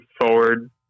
forward